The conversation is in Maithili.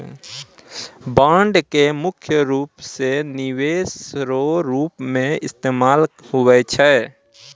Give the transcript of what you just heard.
बांड के मुख्य रूप से निवेश रो रूप मे इस्तेमाल हुवै छै